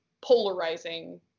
polarizing